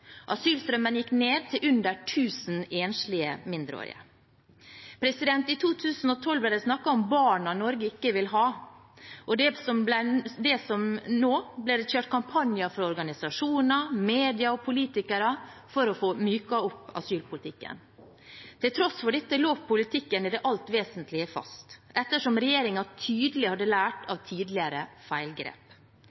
Asylstrømmen gikk ned til under 1 000 enslige mindreårige. I 2012 ble det snakket om barna Norge ikke vil ha, og nå ble det kjørt kampanjer fra organisasjoner, medier og politikere for å få myket opp asylpolitikken. Til tross for dette lå politikken i det alt vesentlige fast, ettersom regjeringen tydelig hadde lært